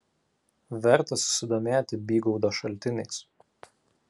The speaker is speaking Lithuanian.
verta susidomėti bygaudo šaltiniais